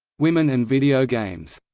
women and video games